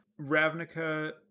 Ravnica